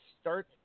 start